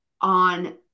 on